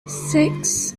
six